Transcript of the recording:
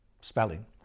spelling